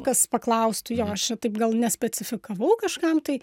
kas paklaustų jo aš čia taip gal nespecifikavau kažkam tai